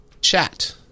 chat